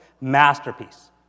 masterpiece